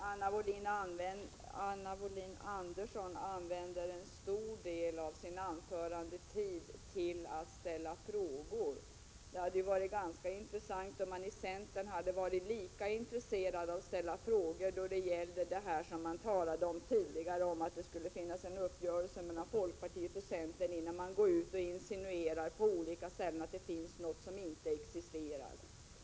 Fru talman! Anna Wohlin-Andersson använde en stor del av sin anförandetid till att ställa frågor. Det hade varit bra om man i centern hade varit lika intresserad av att ställa frågor när det gäller det som man talade om tidigare — nämligen att det skulle finnas en uppgörelse mellan folkpartiet och centern — innan man på olika ställen går ut och insinuerar något som inte existerar.